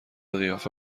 قیافه